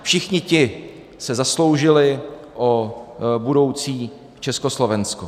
Všichni ti se zasloužili o budoucí Československo.